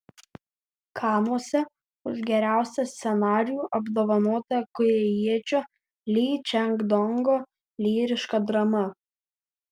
kanuose už geriausią scenarijų apdovanota korėjiečio ly čang dongo lyriška drama